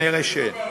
כנראה אין.